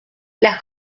las